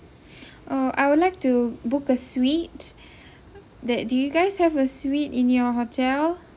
oh I would like to book a suite that do you guys have a suite in your hotel